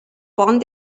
pont